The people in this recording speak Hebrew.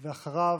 ואחריו,